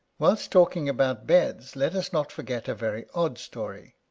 whilst talking about beds, let us not forget a very odd story.